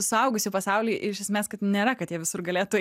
suaugusių pasauly iš esmės kad nėra kad jie visur galėtų